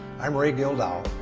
i'm ray gildow.